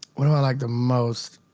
what do i like the most?